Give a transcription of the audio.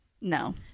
No